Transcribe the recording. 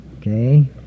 Okay